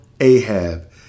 Ahab